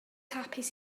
hapus